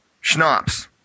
schnapps